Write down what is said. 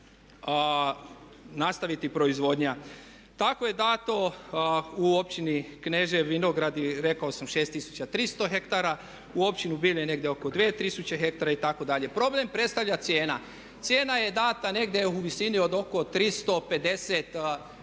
nastaviti proizvodnja. Tako je dato u općini Kneževi Vinogradi rekao sam 6300 ha, u općini Belje negdje oko 2000 ha itd. Problem predstavlja cijena. Cijena je data negdje u visini od oko 350 kn